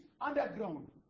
underground